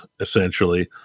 essentially